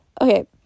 Okay